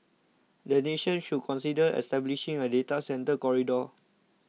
the nation should consider establishing a data centre corridor